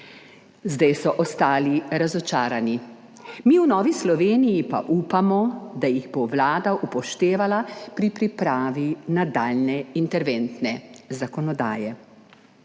zdaj so ostali razočarani. Mi v Novi Sloveniji pa upamo, da jih bo Vlada upoštevala pri pripravi nadaljnje interventne zakonodaje.